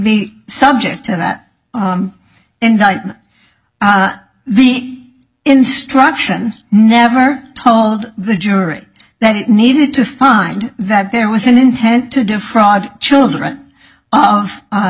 be subject to that indictment the instruction never told the jury that it needed to find that there was an intent to defraud children of